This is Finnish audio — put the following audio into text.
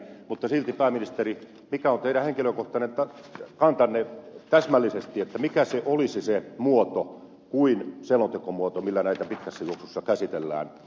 mutta silti pääministeri mikä on teidän henkilökohtainen kantanne täsmällisesti mikä olisi se muoto muu kuin selontekomuoto millä näitä pitkässä juoksussa käsitellään